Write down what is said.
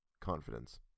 Confidence